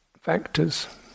factors